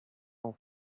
ans